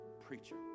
preacher